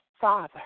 Father